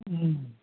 उम